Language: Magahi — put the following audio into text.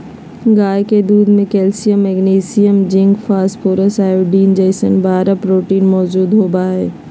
गाय के दूध में calcium, magnesium, zinc, phosphorus, iodine जैसन बारह प्रोटीन मौजूद होबा हइ